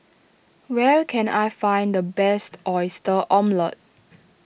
where can I find the best Oyster Omelette